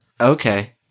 Okay